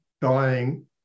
dying